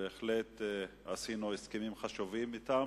שבהחלט עשינו הסכמים חשובים אתם,